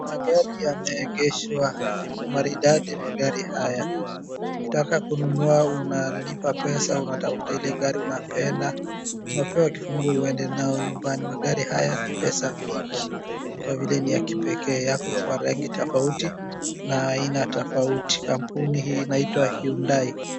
Magari yameegeshwa. Maridadi magari haya. Ukitaka kununua unalipa pesa unatafuta ile gari unapenda unapewa kifunguo uede nayo nyumbani. Magari haya ni pesa mingi kwa vile ni ya kipekee. Yako kwa rangi tofauti na aina tofauti. Kampuni hii inaitwa Hyundai.